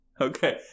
Okay